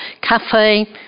cafe